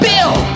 Bill